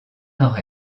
nord